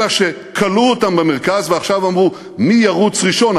אלא כלאו אותם במרכז ועכשיו אמרו: מי ירוץ ראשון.